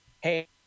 hey